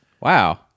Wow